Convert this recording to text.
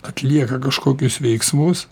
atlieka kažkokius veiksmus